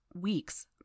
weeks